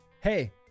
Hey